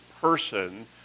person